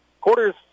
Quarters